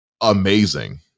amazing